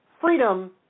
freedom